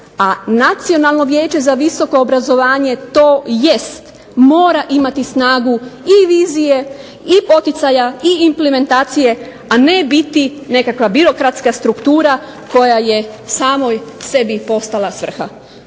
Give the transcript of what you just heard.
a Nacionalno vijeće za visoko obrazovanje to jest mora imati snagu i vizije i poticaja i implementacije, a ne biti nekakva birokratska struktura koja je samoj sebi postala svrha.